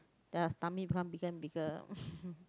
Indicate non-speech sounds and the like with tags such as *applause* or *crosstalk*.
their tummy become bigger and bigger *laughs*